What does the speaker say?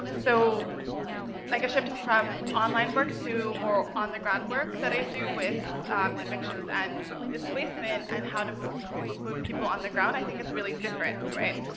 so i guess shifting from online work to more on the ground work that i do with evictions, and displacement, and how to move move people on the ground, i think it's really different, right?